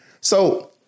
So-